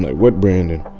what brandon?